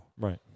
Right